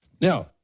Now